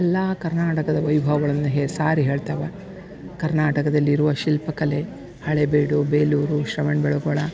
ಎಲ್ಲ ಕರ್ನಾಟಕದ ವೈಭವಗಳನ್ನು ಹೇಳಿ ಸಾರಿ ಹೇಳ್ತಾವ ಕರ್ನಾಟಕದಲ್ಲಿರುವ ಶಿಲ್ಪಕಲೆ ಹಳೇಬೀಡು ಬೇಲೂರು ಶ್ರವಣ ಬೆಳಗೊಳ